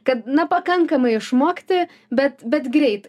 kad na pakankamai išmokti bet bet greit